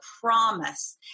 promise